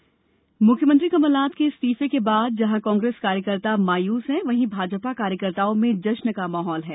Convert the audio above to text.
इस्तीफा प्रतिक्रिया जिला मुख्यमंत्री कमलनाथ के इस्तीफे के बाद जहां कांग्रेस कार्यकर्ता मायूस हैं वहीं भाजपा कार्यकर्ताओं में जश्न का माहौल है